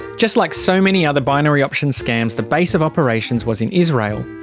just like so many other binary option scams, the base of operations was in israel.